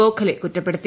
ഗോഖലെ കുറ്റപ്പെടുത്തി